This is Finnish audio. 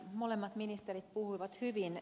molemmat ministerit puhuivat hyvin